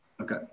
Okay